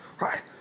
Right